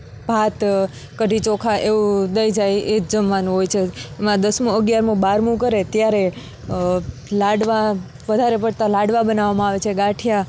ભાત કઢી ચોખા એવું દઈ જાય એ જ જમવાનું હોય છે એમાં દસમુ અગિયારમુ બારમુ કરે ત્યારે લાડવા વધારે પડતા લાડવા બનાવવામાં આવે છે ગાંઠિયા